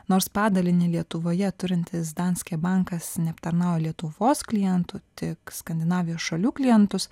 nors padalinį lietuvoje turintis danske bankas neaptarnauja lietuvos klientų tik skandinavijos šalių klientus